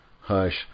hush